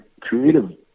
creative